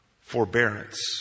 forbearance